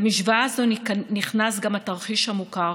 למשוואה הזאת נכנס גם התרחיש המוכר,